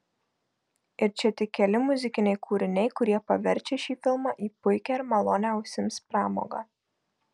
ir čia tik keli muzikiniai kūriniai kurie paverčia šį filmą į puikią ir malonią ausims pramogą